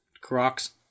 Crocs